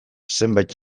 zenbait